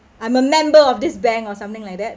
I'm a member of this bank or something like that